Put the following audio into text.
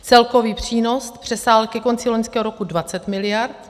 Celkový přínos přesáhl ke konci loňského roku 20 miliard.